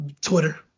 Twitter